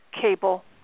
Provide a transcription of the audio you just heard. cable